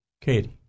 Katie